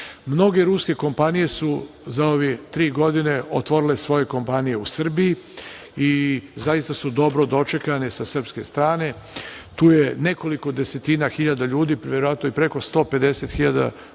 mnoge ruske kompanije su za ove tri godine otvorile svoje kompanije u Srbiji. Zaista su dobro dočekane sa srpske strane. Tu je nekoliko desetina hiljada ljudi, verovatno i preko 150 hiljada